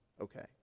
Okay